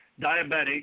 diabetic